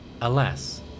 Alas